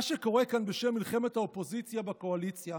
מה שקורה כאן בשם מלחמת האופוזיציה בקואליציה